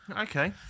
okay